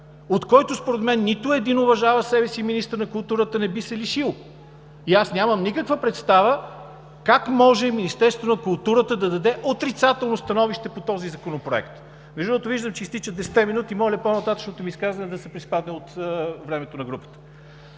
от който според мен нито един уважаващ себе си министър на културата не би се лишил, и аз нямам никаква представа как може Министерството на културата да даде отрицателно становище по този законопроект. Между другото, виждам, че изтичат десетте минути – моля по-нататъшното ми изказване да се приспадне от времето на групата.